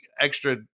extra